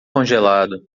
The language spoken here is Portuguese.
congelado